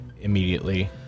immediately